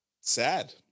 sad